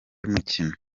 y’umukino